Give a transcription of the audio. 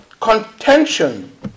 contention